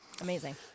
Amazing